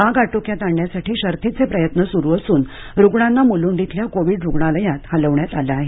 आग आटोक्यात आणण्यासाठी शर्थीचे प्रयत्न सुरू असून रुग्णांना मुलूंड इथल्या कोविड रुग्णालयात हलवण्यात आलं आहे